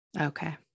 okay